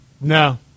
No